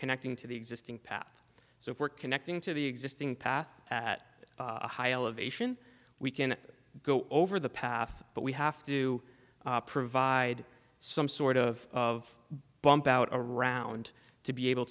connecting to the existing path so if we're connecting to the existing path at a high elevation we can go over the path but we have to provide some sort of of bumped out around to be able